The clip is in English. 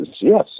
yes